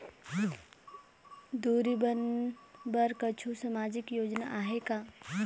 टूरी बन बर कछु सामाजिक योजना आहे का?